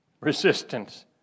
resistance